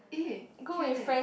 eh can leh